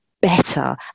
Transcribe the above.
better